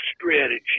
strategy